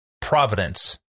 Providence